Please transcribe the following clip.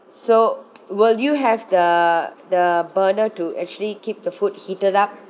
so will you have the the burner to actually keep the food heated up